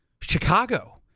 Chicago